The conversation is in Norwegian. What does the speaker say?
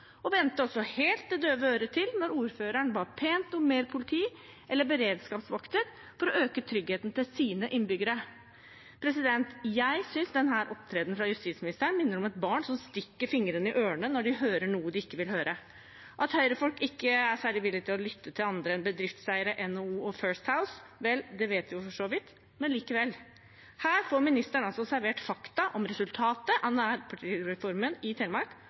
og vendte også helt det døve øret til da ordføreren ba pent om mer politi eller beredskapsvakter for å øke tryggheten til sine innbyggere. Jeg synes denne opptredenen fra justisministeren minner om barn som stikker fingrene i ørene når de hører noe de ikke vil høre. At Høyre-folk ikke er særlig villige til å lytte til andre enn bedriftseiere, NHO og First House, vet vi jo for så vidt, men likevel. Her får ministeren altså servert fakta om resultatet av nærpolitireformen i Telemark,